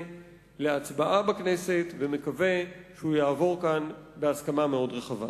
להצבעה בכנסת ומקווה שהוא יעבור כאן בהסכמה מאוד רחבה.